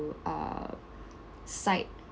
to uh sight